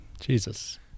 Jesus